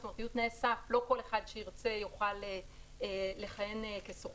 זאת אומרת יהיו תנאי סף ולא כל אחד שירצה יוכל לכהן כסוכן,